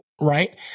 right